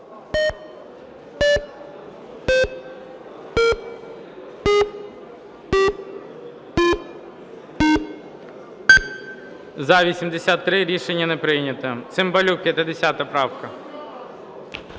За-83 Рішення не прийнято. Цимбалюк, 50 правка.